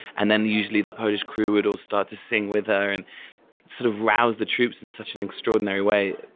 and then usually the polish crew would all start to sing with her and sort of rouse the troops in such an extraordinary way.